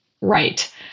right